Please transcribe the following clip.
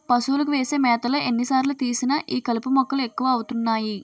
పశువులకు వేసే మేతలో ఎన్ని సార్లు తీసినా ఈ కలుపు మొక్కలు ఎక్కువ అవుతున్నాయి